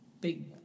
big